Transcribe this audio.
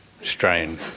strain